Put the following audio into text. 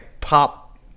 pop